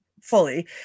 fully